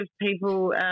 people